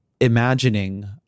imagining